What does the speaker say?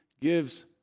gives